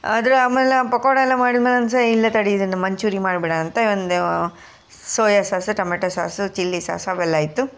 ಆದ್ರೆ ಆಮೇಲೆ ಆ ಪಕೋಡ ಎಲ್ಲ ಮಾಡಿದಮೇಲೆ ಅನಿಸ್ತು ಇಲ್ಲ ತಡಿ ಇದನ್ನು ಮಂಚೂರಿ ಮಾಡ್ಬಿಡ ಅಂತ ಅಂದು soya sauce tomato sauce chilli sauce ಅವೆಲ್ಲ ಇತ್ತು